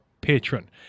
patron